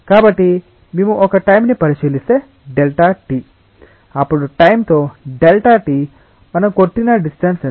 కాబట్టి మేము ఒక టైం ని పరిశీలిస్తే Δt అప్పుడు టైం తో Δt మనం కొట్టిన డిస్టెన్స్ ఎంత